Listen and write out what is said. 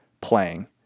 playing